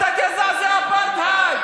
זאת ציונות, זאת אהבה למדינה.